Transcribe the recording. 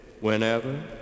whenever